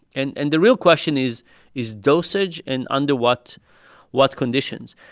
and and the real question is is dosage and under what what conditions.